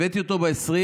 הבאתי אותו בעשרים,